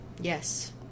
yes